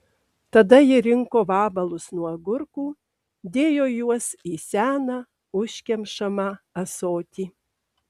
tada ji rinko vabalus nuo agurkų dėjo juos į seną užkemšamą ąsotį